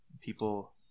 People